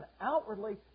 outwardly